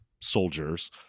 soldiers